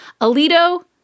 Alito